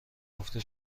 گفته